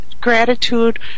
gratitude